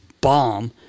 bomb